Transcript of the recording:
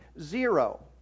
Zero